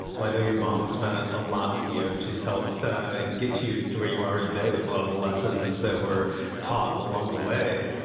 i know your mom's meant ah a lot to you and she's helped get you to where you are today with a lot of the lessons that were taught along the way.